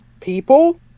people